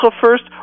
first